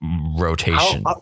rotation